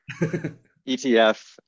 etf